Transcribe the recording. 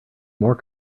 more